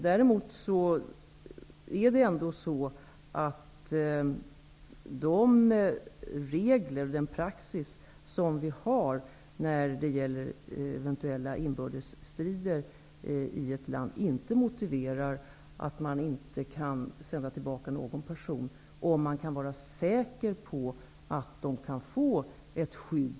De regler vi har och den praxis vi tillämpar gör att vi inte sänder tillbaka någon till sitt hemland om där pågår inbördes strider och vi inte är säkra på att de där kan få ett skydd.